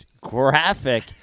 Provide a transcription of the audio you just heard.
graphic